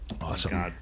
awesome